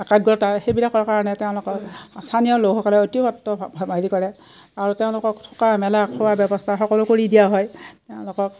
একাগ্ৰতা সেইবিলাকৰ কাৰণে তেওঁলোকৰ স্থানীয় লোকসকলে অতিমাত্ৰা হেৰি কৰে আৰু তেওঁলোকক থকা মেলা খোৱা ব্যৱস্থা সকলো কৰি দিয়া হয় তেওঁলোকক